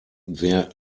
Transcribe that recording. wer